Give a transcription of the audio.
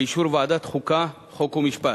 באישור ועדת חוקה, חוק ומשפט.